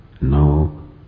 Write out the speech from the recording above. no